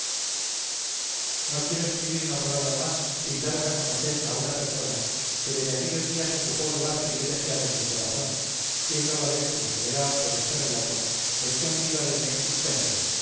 no quiero escribir una palabra más sin daros a conocer a una persona que desde aquellos días ocupó lugar privilegiado en mi corazón siendo a la vez como se verá por este relato lección viva de mi existencia